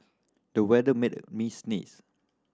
the weather made me sneeze